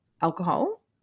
alcohol